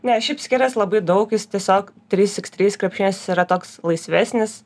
ne šiaip skirias labai daug jis tiesiog trys x trys krepšinis yra toks laisvesnis